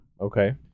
Okay